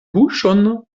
buŝon